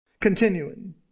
continuing